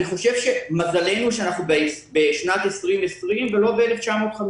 מזלנו שאנחנו בשנת 2020 ולא ב-1950 כי